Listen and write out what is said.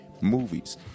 movies